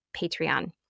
Patreon